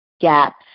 gaps